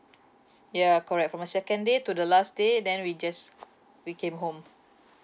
ya correct from a second day to the last day then we just we came home